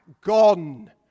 Gone